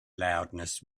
loudness